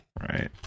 right